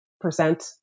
percent